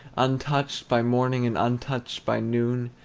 untouched by morning and untouched by noon,